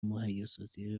مهیاسازی